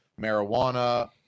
marijuana